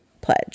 pledge